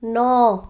नौ